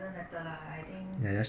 and call it a day